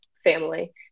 family